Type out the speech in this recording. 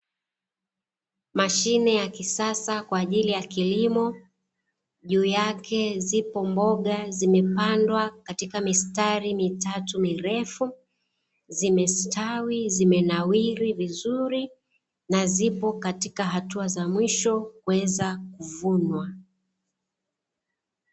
Mashine ya kisasa kwa ajili ya kilimo, juu yake zipo mboga zimepandwa katika mistari mitatu mirefu, zimestawi, zimenawiri vizuri na zipo katika hatua za mwisho kuweza kuvunwa.